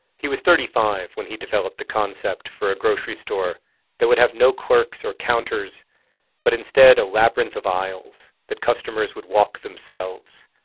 he was thirty five when he developed the concept for a grocery store that would have no clerks or counters but instead a labyrinth of aisles that customers would walk themselves,